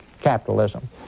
capitalism